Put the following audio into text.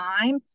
time